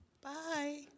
Bye